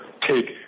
take